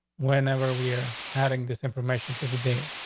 whenever we're adding this information to the day,